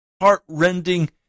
heart-rending